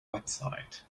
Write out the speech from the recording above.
website